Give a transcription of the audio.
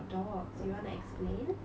oh that's nice